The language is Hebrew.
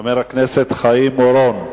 חבר הכנסת חיים אורון.